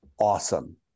awesome